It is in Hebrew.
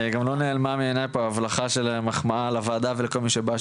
גם לא נעלמה מעיניי פה על ההבלחה של מחמאה לוועדה ולכל מי שבא,